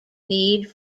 need